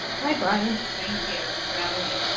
hi, brian. thank you for having me.